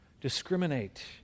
discriminate